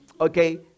Okay